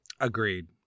Agreed